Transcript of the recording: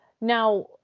Now